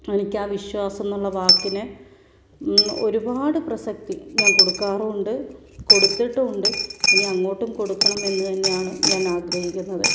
എനിക്കാ വിശ്വാസമെന്നുള്ള വാക്കിനെ ഒരുപാട് പ്രസക്തി ഞാൻ കൊടുക്കാറുമുണ്ട് കൊടുത്തിട്ടുമുണ്ട് ഇനി അങ്ങോട്ടും കൊടുക്കണമെന്ന് തന്നെയാണ് ഞാൻ ആഗ്രഹിക്കുന്നത്